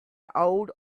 old